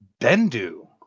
Bendu